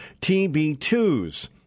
TB2s